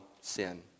sin